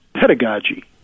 pedagogy